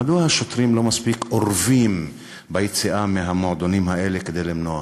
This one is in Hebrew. מדוע השוטרים לא מספיק אורבים ביציאה מהמועדונים האלה כדי למנוע